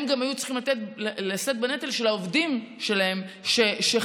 הם גם היו צריכים לשאת בנטל של העובדים שלהם שחלו,